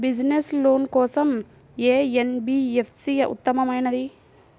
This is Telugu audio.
బిజినెస్స్ లోన్ కోసం ఏ ఎన్.బీ.ఎఫ్.సి ఉత్తమమైనది?